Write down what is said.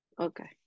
Okay